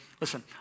listen